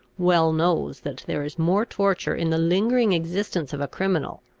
well knows that there is more torture in the lingering existence of a criminal,